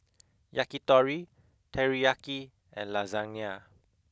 Yakitori Teriyaki and Lasagne